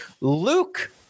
Luke